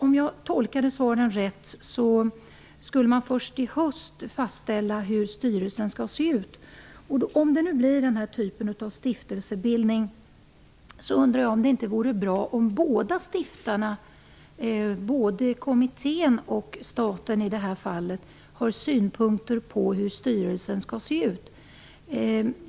Om jag har tolkat svaret rätt skulle man först i höst fastställa styrelsens sammansättning. Om det nu blir den här typen av stiftelsebildning undrar jag om det inte vore bra om båda stiftarna, både kommittén och staten i detta fall, hade synpunkter på styrelsens sammansättning.